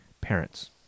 parents